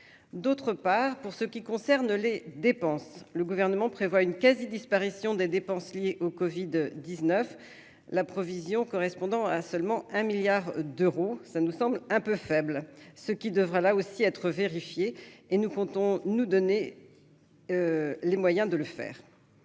d'autre part pour ce qui concerne les dépenses, le gouvernement prévoit une quasi-disparition des dépenses liées au Covid 19 la provision correspondant à seulement 1 milliard d'euros, ça nous semble un peu faible, ce qui devrait là aussi être vérifié et nous comptons nous donner les moyens de le faire